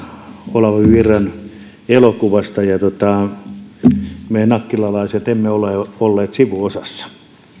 olavi virran elokuvasta me nakkilalaiset emme ole olleet sivuosassa